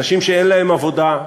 אנשים שאין להם עבודה,